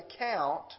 account